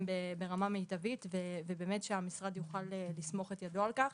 ברמה מיטבית ושהמשרד יוכל לסמוך את ידו על כך,